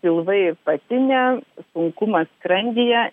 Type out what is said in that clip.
pilvai patinę sunkumas skrandyje